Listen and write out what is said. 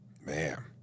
Man